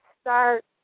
start